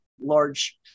large